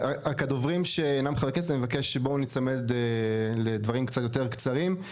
אני רק מבקש מהדוברים שאינם חברי כנסת להיצמד לדברים קצת יותר קצרים.